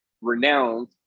renowned